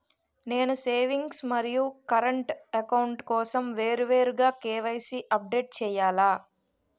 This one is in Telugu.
నేను సేవింగ్స్ మరియు కరెంట్ అకౌంట్ కోసం వేరువేరుగా కే.వై.సీ అప్డేట్ చేయాలా?